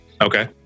Okay